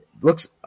looks